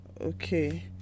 okay